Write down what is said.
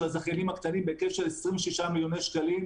הזכיינים הקטנים בהיקף של 26 מיליוני שקלים,